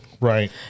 Right